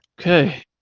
Okay